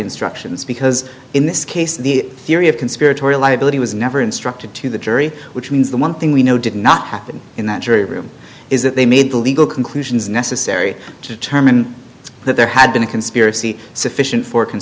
instructions because in this case the theory of conspiratorial liability was never instructed to the jury which means the one thing we know did not happen in that jury room is that they made the legal conclusions necessary to determine that there had been a conspiracy sufficient for c